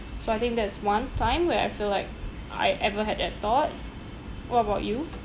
so I think that is one time where I feel like I ever had that thought what about you